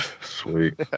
Sweet